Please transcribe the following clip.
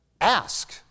ask